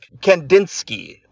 Kandinsky